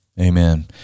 amen